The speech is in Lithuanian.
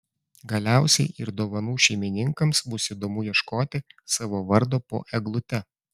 galiausiai ir dovanų šeimininkams bus įdomu ieškoti savo vardo po eglute